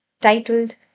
titled